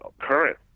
current